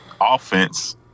offense